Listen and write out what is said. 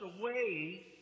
away